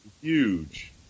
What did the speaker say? huge